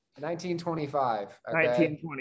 1925